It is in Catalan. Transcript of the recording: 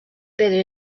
pedra